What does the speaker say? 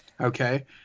Okay